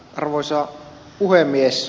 arvoisa puhemies